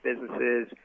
businesses